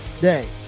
day